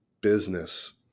business